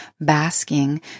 basking